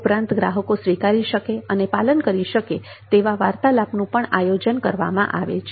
ઉપરાંત ગ્રાહકો સ્વીકારી શકે અને પાલન કરી શકે તેવા વાર્તાલાપનું પણ આયોજન કરવામાં આવે છે